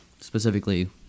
Specifically